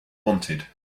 wanted